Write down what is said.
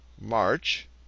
march